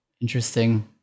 interesting